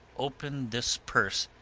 open this purse,